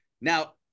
now